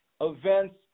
events